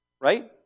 right